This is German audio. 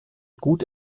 gut